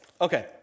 Okay